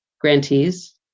grantees